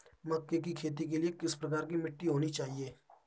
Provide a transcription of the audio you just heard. मक्के की खेती के लिए किस प्रकार की मिट्टी होनी चाहिए?